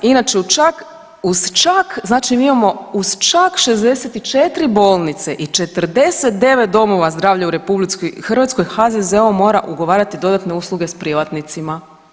Inače, u čak, uz čak, znači mi imamo uz čak 44 bolnice i 49 domova zdravlja u RH HZZO mora ugovarati dodatne usluge s privatnicima.